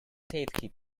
keeping